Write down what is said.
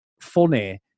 funny